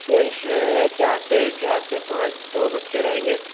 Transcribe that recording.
sir इस में चार से चार से पाँच तो बच्चें रहेंगे